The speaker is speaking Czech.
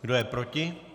Kdo je proti?